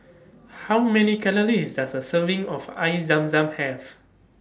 How Many Calories Does A Serving of Air Zam Zam Have